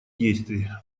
действий